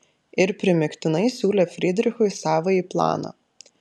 ir primygtinai siūlė frydrichui savąjį planą